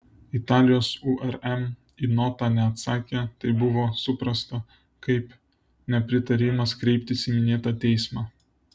italijos urm į notą neatsakė tai buvo suprasta kaip nepritarimas kreiptis į minėtą teismą